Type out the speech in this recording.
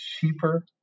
cheaper